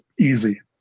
easy